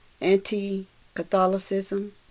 anti-Catholicism